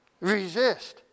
resist